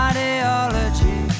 Ideology